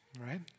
right